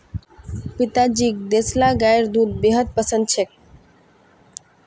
पिताजीक देसला गाइर दूध बेहद पसंद छेक